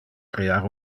crear